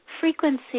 frequency